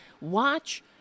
watch